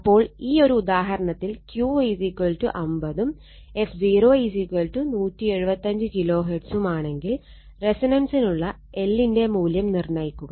അപ്പോൾ ഈ ഒരു ഉദാഹരണത്തിൽ Q50 യും f0175 കിലോ ഹേർട്സും ആണെങ്കിൽ റെസൊണൻസിനുള്ള L ന്റെ മൂല്യം നിർണ്ണയിക്കുക